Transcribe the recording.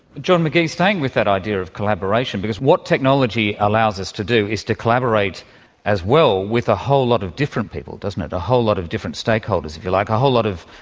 john mcghee, staying with that idea of collaboration, because what technology allows us to do is to collaborate as well with a whole lot of different people, doesn't it, a whole lot of different stakeholders, if you like, a ah whole lot of,